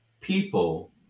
people